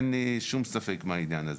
אין לי שום ספק בעניין הזה,